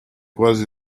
quasi